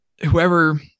whoever